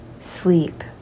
sleep